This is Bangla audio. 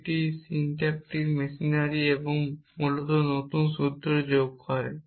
এটি একটি সিনট্যাকটিক মেশিনারি এবং মূলত নতুন সূত্র যোগ করে